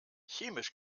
chemisch